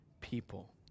people